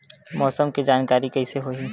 मौसम के जानकारी कइसे होही?